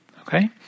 okay